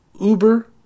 Uber